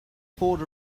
poured